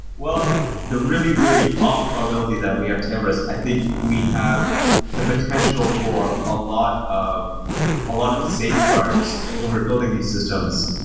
the really, really ah probability that we have tail risk, i think we have the potential for a lot of lot of safeguards when we're building these systems,